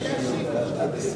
אני אעלה להשיב, אדוני.